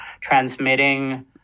transmitting